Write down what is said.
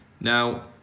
Now